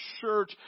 church